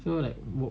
so like